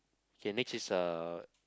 okay next is a